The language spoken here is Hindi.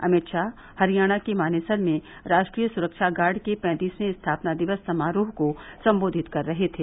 अमित शाह हरियाणा के मानेसर में राष्ट्रीय सुरक्षा गार्ड के पैंतीसवें स्थापना दिवस समारोह को सम्बोधित कर रहे थे